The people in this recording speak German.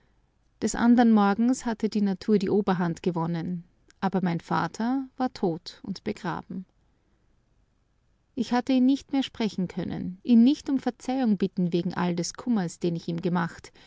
des andern morgens hatte die natur die oberhand gewonnen aber mein vater war tot und begraben ich hatte ihn nicht mehr sprechen können ihn nicht um verzeihung bitten wegen all des kummers den ich ihm gemacht